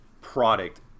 product